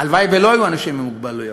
הלוואי שלא היו אנשים עם מוגבלויות,